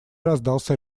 раздался